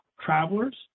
travelers